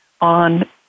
on